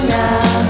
now